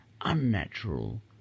unnatural